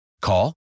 Call